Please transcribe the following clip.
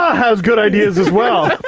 has good ideas as well!